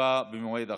ותשובה במועד אחר.